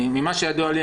ממה שידוע לי,